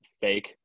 Fake